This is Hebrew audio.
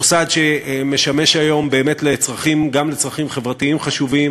מוסד שמשמש היום גם לצרכים חברתיים חשובים